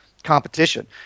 competition